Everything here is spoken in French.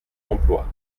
emploi